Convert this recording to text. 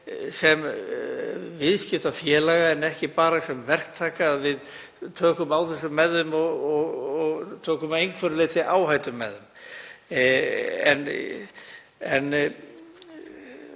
sem viðskiptafélaga en ekki bara sem verktaka, að við tökum á þessu með þeim og tökum að einhverju leyti áhættu með